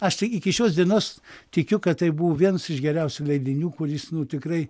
aš tik iki šios dienos tikiu kad tai buvo vienas iš geriausių leidinių kuris nu tikrai